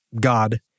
God